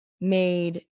made